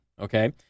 Okay